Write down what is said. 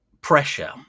pressure